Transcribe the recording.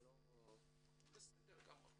בסדר.